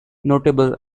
notable